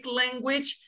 language